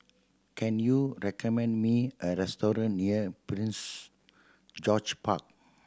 can you recommend me a restaurant near Prince George Park